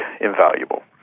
Invaluable